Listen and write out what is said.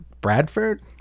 Bradford